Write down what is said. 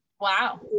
wow